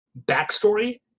backstory